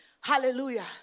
Hallelujah